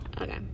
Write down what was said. Okay